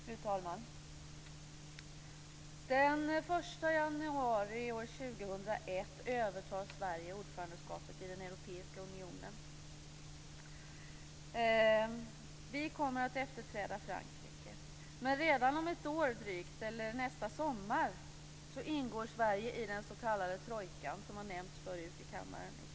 Fru talman! Den 1 januari år 2001 övertar Sverige ordförandeskapet i den europeiska unionen. Vi kommer att efterträda Frankrike. Men redan om drygt ett år - nästa sommar - ingår Sverige i den s.k. trojkan, som har nämnts förut i kammaren i kväll.